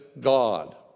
God